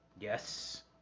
Yes